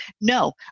No